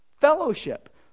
Fellowship